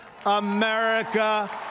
America